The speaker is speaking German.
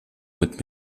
mit